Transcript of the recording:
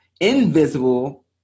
Invisible